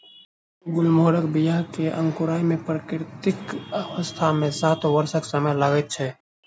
गुलमोहरक बीया के अंकुराय मे प्राकृतिक अवस्था मे सात वर्षक समय लगैत छै